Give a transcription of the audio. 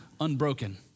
unbroken